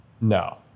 No